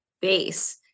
base